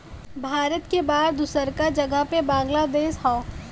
भारत के बाद दूसरका जगह पे बांग्लादेश हौ